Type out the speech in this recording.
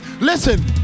Listen